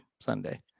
Sunday